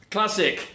Classic